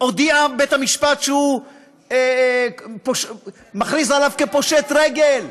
הודיע בית-המשפט שהוא מכריז עליו כפושט רגל.